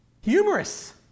humorous